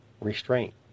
Restraint